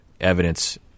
evidence